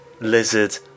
lizard